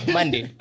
Monday